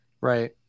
Right